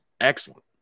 Excellent